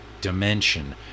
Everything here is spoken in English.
dimension